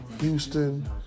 Houston